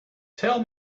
tell